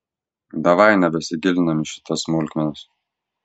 davai nebesigilinam į šitas smulkmenas